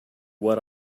what